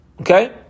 Okay